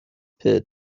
pit